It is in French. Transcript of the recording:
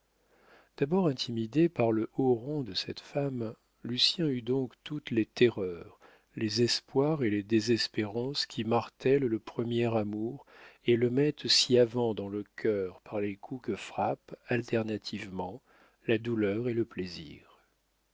d'abord intimidé par le haut rang de cette femme lucien eut donc toutes les terreurs les espoirs et les désespérances qui martellent le premier amour et le mettent si avant dans le cœur par les coups que frappent alternativement la douleur et le plaisir